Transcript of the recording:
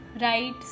Right